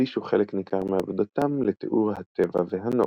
והקדישו חלק ניכר מעבודתם לתיאור הטבע והנוף.